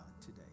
today